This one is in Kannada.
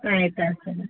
ಆಯ್ತು ಆಯ್ತು ಸರಿ